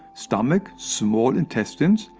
stomach, small intestine,